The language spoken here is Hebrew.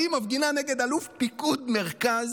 אבל היא מפגינה נגד אלוף פיקוד מרכז,